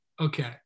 Okay